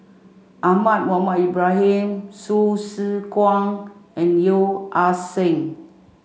Ahmad Mohamed Ibrahim Hsu Tse Kwang and Yeo Ah Seng